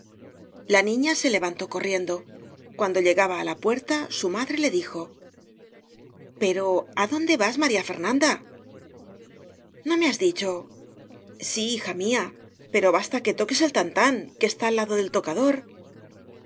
jla niña se levantó corriendo cuando llega ba á la puerta su madre le dijo pero á dónde vas maría fernanda no me has dicho si hija mía pero basta que toques el tan tan que está al lado del tocador